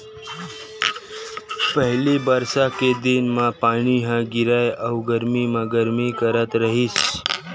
पहिली बरसा के दिन म पानी ह गिरय अउ गरमी म गरमी करथ रहिस